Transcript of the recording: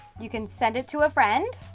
you can send it to a friend,